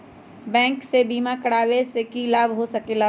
Bank से बिमा करावे से की लाभ होई सकेला?